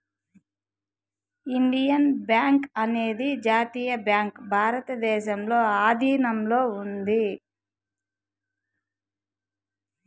Indian bank అనేది జాతీయ bank భారతదేశంలో ఆధీనంలో ఉంది